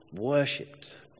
worshipped